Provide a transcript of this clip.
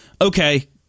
okay